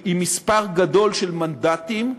עם מספר גדול של מנדטים,